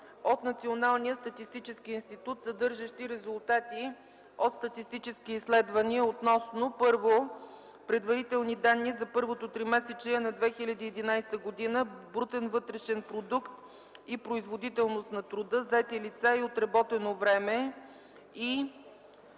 от Националния статистически институт, съдържащи резултати от статистически изследвания относно: 1. Предварителни данни за първото тримесечие на 2011 г. – брутен вътрешен продукт, заети лица и отработено време.